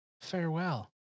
farewell